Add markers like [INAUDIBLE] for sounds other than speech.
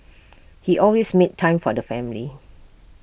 [NOISE] he always made time for the family